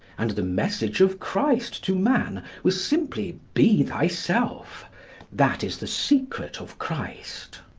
and the message of christ to man was simply be thyself that is the secret of christ.